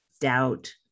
doubt